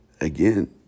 Again